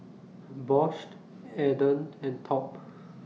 Bosched Aden and Top